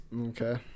Okay